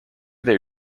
their